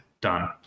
done